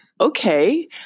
okay